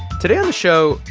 today on the show,